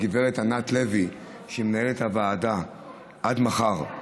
הגב' ענת לוי, שהיא מנהלת הוועדה עד מחר,